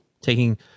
taking